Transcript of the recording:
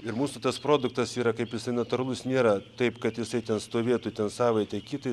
ir mūsų tas produktas yra kaip jisai natūralus nėra taip kad jisai ten stovėtų ten savaitę kitą